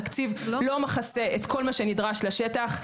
התקציב לא מכסה את כל מה שנדרש לשטח.